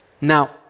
now